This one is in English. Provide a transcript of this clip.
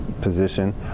position